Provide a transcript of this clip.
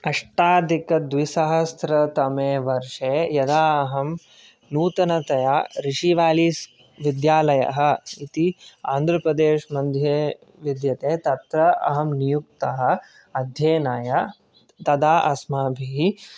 अष्टाधिक्द्विसहस्त्रतमेवर्षे यदा अहं नूतनतया ऋषी वेलीस् विद्यालयः इति आन्ध्रप्रदेशमध्ये विद्यते तत्र अहं नियुक्तः अध्ययनाय तदा अस्माभिः